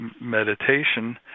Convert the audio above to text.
meditation